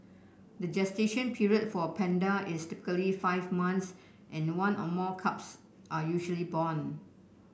the gestation period for a panda is typically five months and one or more cubs are usually born